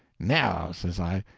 now, says i,